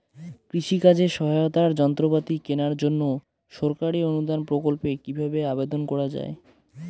কৃষি কাজে সহায়তার যন্ত্রপাতি কেনার জন্য সরকারি অনুদান প্রকল্পে কীভাবে আবেদন করা য়ায়?